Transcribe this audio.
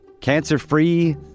cancer-free